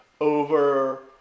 over